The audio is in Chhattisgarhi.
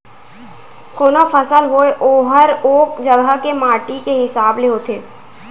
कोनों फसल होय ओहर ओ जघा के माटी के हिसाब ले होथे